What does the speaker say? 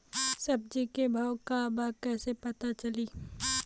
सब्जी के भाव का बा कैसे पता चली?